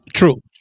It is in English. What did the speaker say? True